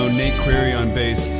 so nate query on bass,